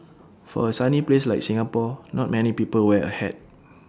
for A sunny place like Singapore not many people wear A hat